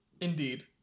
indeed